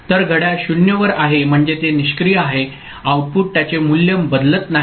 तर घड्याळ 0 वर आहे म्हणजे ते निष्क्रिय आहे आउटपुट त्याचे मूल्य बदलत नाही